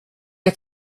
att